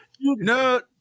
No